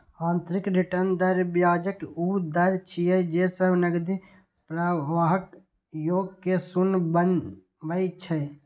आंतरिक रिटर्न दर ब्याजक ऊ दर छियै, जे सब नकदी प्रवाहक योग कें शून्य बनबै छै